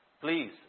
Please